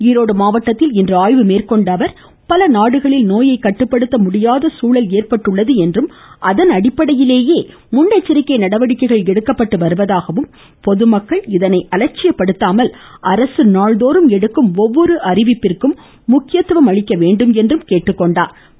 ஈரோடு மாவட்டத்தில் ஆய்வு மேற்கொண்ட அவர் பல நாடுகளில் நோயை கட்டுப்படுத்த முடியாத சூழ்நிலை ஏற்பட்டுள்ளது என்றும் அதன் அடிப்படையிலேயே முன்னெச்சரிக்கை நடவடிக்கைகள் எடுக்கப்பட்டு வருவதாகவும் பொதுமக்கள் இதனை அலட்சியப்படுத்தாமல் அரசு நாள்தோறும் எடுக்கும் ஒவ்வொரு அறிவிப்புகளுக்கும் முக்கியத்துவம் கொடுக்க வேண்டுமென்று கேட்டுக்கொண்டாா்